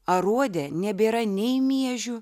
aruode nebėra nei miežių